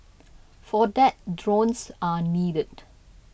for that drones are needed